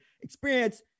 experience